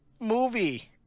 Movie